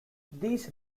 these